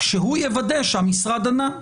שהוא יוודא שהמשרד ענה.